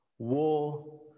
War